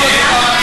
אלפים,